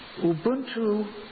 Ubuntu